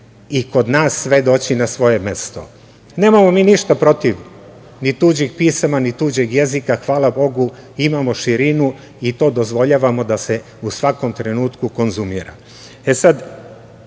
i kod nas sve doći na svoje mesto. Nemamo mi ništa protiv ni tuđih pisama, ni tuđeg jezika, hvala Bogu imamo širinu i to dozvoljavamo da se u svakom trenutku konzumira.E